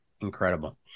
Incredible